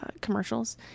commercials